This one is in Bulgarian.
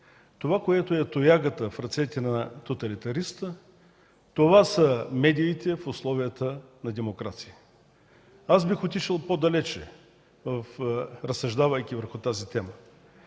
„Това, което е тоягата в ръцете на тоталитариста, това са медиите в условията на демокрация.” Бих отишъл по-далеч, разсъждавайки върху тази тема.